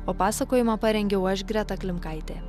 o pasakojimą parengiau aš greta klimkaitė